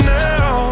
now